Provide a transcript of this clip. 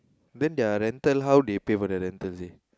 then their rental how they pay for their rental seh